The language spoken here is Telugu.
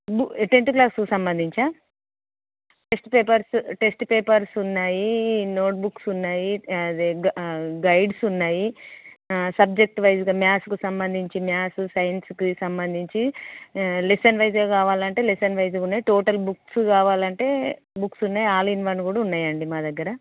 భు టెన్త్ క్లాస్కి సంబందించి టెస్ట్ పేపర్స్ టెస్ట్ పేపర్స్ ఉన్నాయి నోట్బుక్స్ ఉన్నాయి అది గైడ్స్ ఉన్నాయి సబ్జెక్ట్వైస్గా మ్యాథ్స్కు సంబంధించి మ్యాథ్స్ సైన్స్కి సంబంధించి లెసన్ వైస్గా కావాలంటే లెసన్ వైస్గా ఉన్నాయి టోటల్ బుక్స్ కావాలంటే బుక్స్ ఉన్నాయి ఆల్ ఇన్ వన్ కూడా ఉన్నాయండి మా దగ్గర